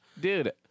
Dude